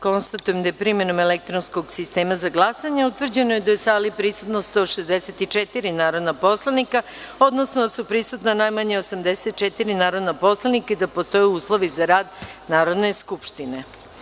Konstatujem da je primenom elektronskog sistema za glasanje, utvrđeno da je u sali prisutno 164 narodna poslanika, odnosno da su prisutna najmanje 84 narodna poslanika i da postoje uslovi za rad Narodne skupštine.